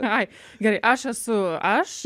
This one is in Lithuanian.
ai gerai aš esu aš